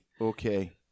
Okay